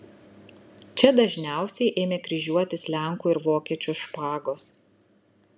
čia dažniausiai ėmė kryžiuotis lenkų ir vokiečių špagos